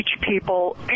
people